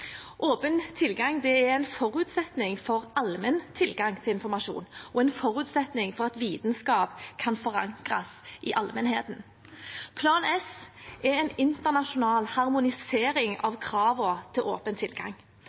Åpen tilgang er en forutsetning for allmenn tilgang til informasjon og en forutsetning for at vitenskap kan forankres i allmennheten. Plan S er en internasjonal harmonisering av kravene om åpen tilgang.